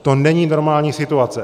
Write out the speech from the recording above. To není normální situace.